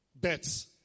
Bets